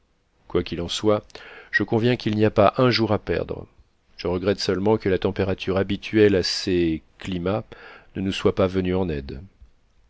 quoi qu'il en soit je conviens qu'il n'y a pas un jour à perdre je regrette seulement que la température habituelle à ces cimats ne nous soit pas venue en aide